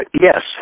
Yes